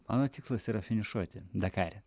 mano tikslas yra finišuoti dakare